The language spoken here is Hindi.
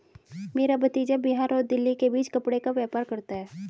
मेरा भतीजा बिहार और दिल्ली के बीच कपड़े का व्यापार करता है